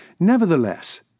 Nevertheless